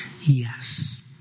Yes